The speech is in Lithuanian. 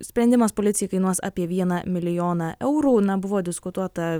sprendimas policijai kainuos apie vieną milijoną eurų na buvo diskutuota